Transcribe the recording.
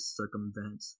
circumvent